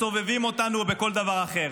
בסובבים אותנו או בכל דבר אחר,